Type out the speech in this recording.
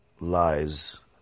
lies